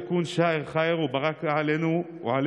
מי ייתן ויהיה זה חודש חסד וברכה עלינו ועליכם,